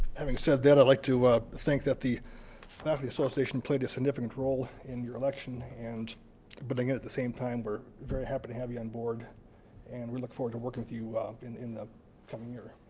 having said that, i'd like to think that the faculty association played a significant role in your election, and but again at the same time we're very happy to have you on board and we look forward to working with you in in the coming year,